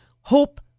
Hope